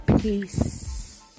Peace